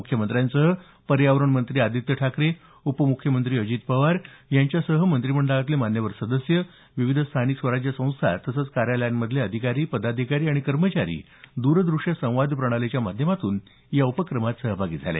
मुख्यमंत्र्यांसह पर्यावरण मंत्री आदित्य ठाकरे उपम्ख्यमंत्री अजित पवार यांच्यासह मंत्रिमंडळातले मान्यवर सदस्य विविध स्थानिक स्वराज्य संस्था तसंच कार्यालयातले अधिकारी पदाधिकारी आणि कर्मचारी द्रद्रष्य संवाद प्रणालीच्या माध्यमातून या उपक्रमात सहभागी झाले